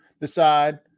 decide